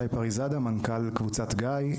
פריזדה, מנכ"ל קבוצת גיא.